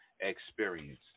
experience